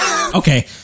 Okay